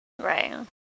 Right